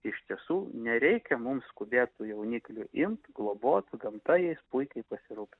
iš tiesų nereikia mums skubėt tų jauniklių imt globot gamta jais puikiai pasirūpin